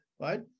right